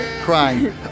crying